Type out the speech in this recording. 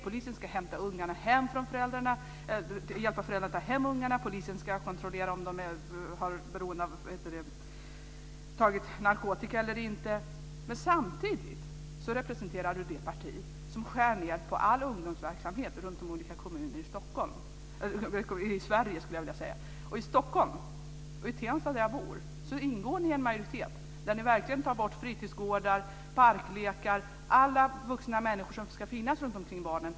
Polisen ska hjälpa föräldrarna att ta hem ungarna, polisen ska kontrollera om de har tagit narkotika eller inte osv. Samtidigt representerar Ingemar Vänerlöv det parti som skär ned på all ungdomsverksamhet runtom i Sveriges kommuner. I Stockholm, och i Tensta där jag bor, ingår ni i en majoritet som tar bort fritidsgårdar, parklekar och alla vuxna människor som ska finnas runtomkring barnen.